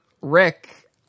rick